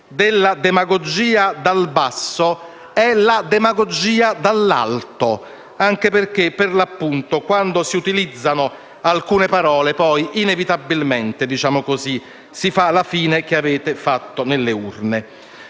della demagogia dal basso, è la demagogia dall'alto, anche perché quando si utilizzano alcune parole poi inevitabilmente si fa la fine che avete fatto alle urne.